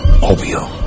Obvio